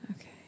Okay